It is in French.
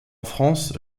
france